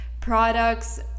products